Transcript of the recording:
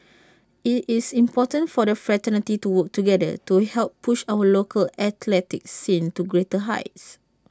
IT is important for the fraternity to work together to help push our local athletics scene to greater heights